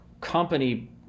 company